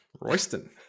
Royston